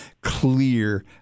clear